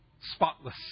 spotless